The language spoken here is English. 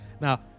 Now